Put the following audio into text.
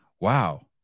Wow